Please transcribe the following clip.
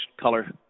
color